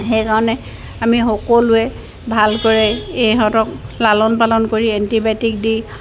সেইকাৰণে আমি সকলোৱে ভালকৈ ইহঁতক লালন পালন কৰি এণ্টিবায়'টিক দি